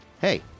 hey